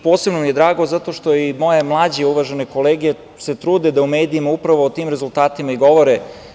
Posebno mi je drago zato što i moje mlađe uvažene kolege se trude da u medijima upravo o tim rezultatima i govore.